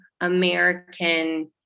American